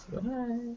bye